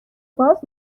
باز